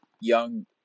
Young